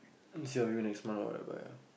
see of you next month what I buy ah